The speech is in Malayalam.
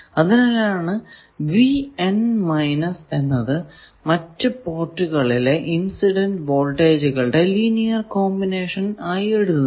അതിനാലാണ് എന്നത് മറ്റു പോർട്ടുകളിലെ ഇൻസിഡന്റ് വോൾട്ടേജുകളുടെ ലീനിയർ കോമ്പിനേഷൻ ആയി എഴുതുന്നത്